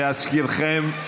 להזכירכם,